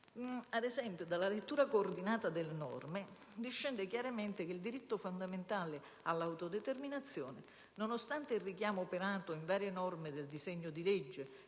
Ad esempio, dalla lettura coordinata delle norme discende chiaramente che il diritto fondamentale all'autodeterminazione, nonostante il richiamo operato in varie norme del disegno di legge